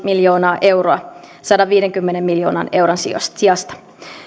miljoonaa euroa sadanviidenkymmenen miljoonan euron sijasta sijasta